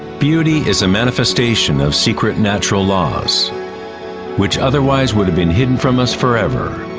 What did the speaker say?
beauty is a manifestation of secret natural laws which otherwise would have been hidden from us forever.